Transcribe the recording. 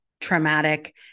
traumatic